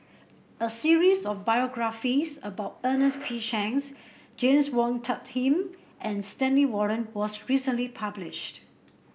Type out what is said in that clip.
a series of biographies about Ernest P Shanks James Wong Tuck Yim and Stanley Warren was recently published